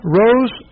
rose